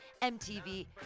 MTV